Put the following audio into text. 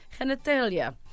genitalia